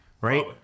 Right